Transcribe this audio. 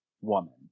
woman